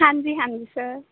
ਹਾਂਜੀ ਹਾਂਜੀ ਸਰ